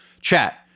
chat